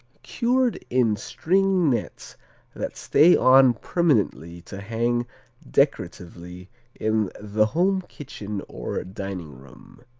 cured in string nets that stay on permanently to hang decoratively in the home kitchen or dining room.